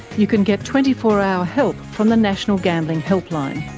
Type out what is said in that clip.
you can get twenty four hour help from the national gambling helpline,